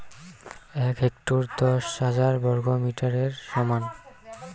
এক হেক্টর দশ হাজার বর্গমিটারের সমান